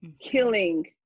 killing